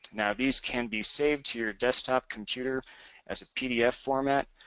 now, these can be saved to your desktop computer as a pdf format.